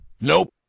Nope